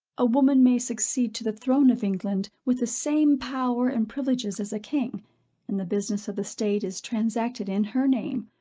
a woman may succeed to the throne of england with the same power and privileges as a king and the business of the state is transacted in her name,